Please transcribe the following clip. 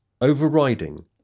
overriding